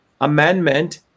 Amendment